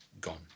gone